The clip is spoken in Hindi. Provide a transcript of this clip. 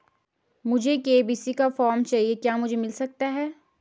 मुझे के.वाई.सी का फॉर्म चाहिए क्या मुझे मिल सकता है?